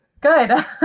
Good